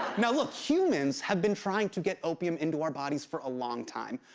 now look, humans have been trying to get opium into our bodies for a long time.